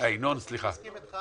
אני מסכים איתך